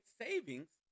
savings